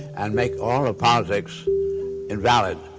and make all of politics invalid.